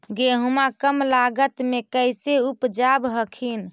गेहुमा कम लागत मे कैसे उपजाब हखिन?